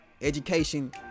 education